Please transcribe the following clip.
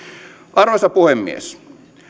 arvoisa puhemies